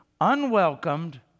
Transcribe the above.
unwelcomed